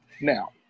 Now